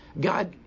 God